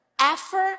effort